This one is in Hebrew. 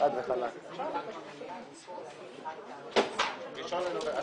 התשע"ו-2016 נתקבלה.